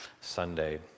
Sunday